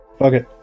Okay